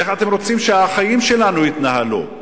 איך אתם רוצים שהחיים שלנו יתנהלו?